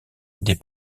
des